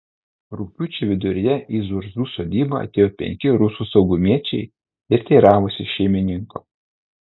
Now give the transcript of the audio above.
rugpjūčio viduryje į zurzų sodybą atėjo penki rusų saugumiečiai ir teiravosi šeimininko